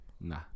Nah